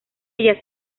ella